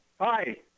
Hi